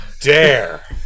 dare